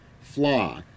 flaw